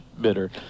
bitter